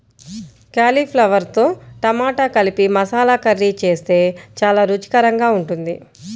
కాలీఫ్లవర్తో టమాటా కలిపి మసాలా కర్రీ చేస్తే చాలా రుచికరంగా ఉంటుంది